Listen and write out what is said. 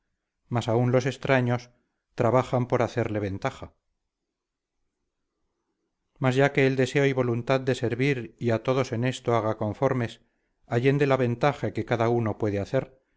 mas aún los extraños trabajan por hacerle ventaja mas ya que el deseo y voluntad de servir y a todos en esto haga conformes allende la ventaja que cada uno puede hacer